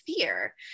fear